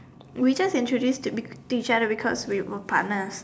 we just introduced to to each other because we were partners